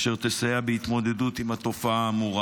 אשר תסייע בהתמודדות עם התופעה האמורה